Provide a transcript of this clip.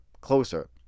closer